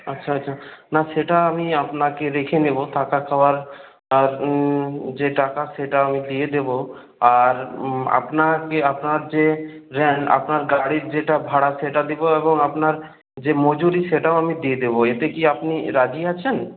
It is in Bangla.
আচ্ছা আচ্ছা না সেটা আমি আপনাকে রেখে নেব থাকা খাওয়ার আর যে টাকা সেটাও আমি দিয়ে দেবো আর আপনাকে আপনার যে ভ্যান আপনার গাড়ির যেটা ভাড়া সেটা দেবো এবং আপনার যে মজুরি সেটাও আমি দিয়ে দেবো এতে কি আপনি রাজি আছেন